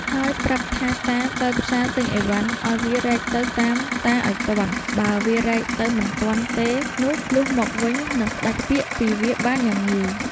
ហើយប្រាប់ថាតាទៅផ្សារទិញអីវ៉ាន់ ឱ្យវារែកទៅតាមតាឲ្យទាន់ បើវារែកទៅមិនទាន់ទេនោះ លុះមកវិញនឹងផ្ដាច់ពាក្យពីវាបានយ៉ាងងាយ